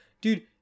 Dude